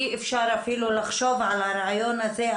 אי-אפשר אפילו לחשוב על הרעיון הזה.